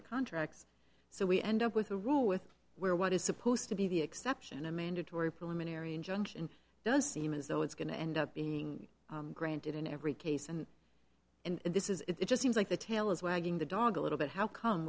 the contracts so we end up with a rule with where what is supposed to be the exception a mandatory preliminary injunction does seem as though it's going to end up being granted in every case and this is it just seems like the tail is wagging the dog a little bit how come